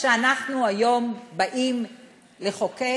שאנחנו היום באים לחוקק